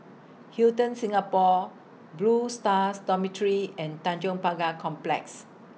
Hilton Singapore Blue Stars Dormitory and Tanjong Pagar Complex